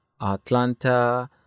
Atlanta